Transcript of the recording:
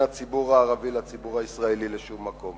הציבור הערבי לציבור הישראלי לשום מקום.